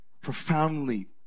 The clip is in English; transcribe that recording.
profoundly